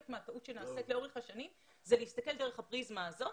אני חושבת שחלק מהטעות שנעשית לאורך השנים זה להסתכל דרך הפריזמה הזאת